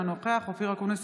אינו נוכח אופיר אקוניס,